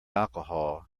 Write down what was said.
alcohol